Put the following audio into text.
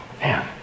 Man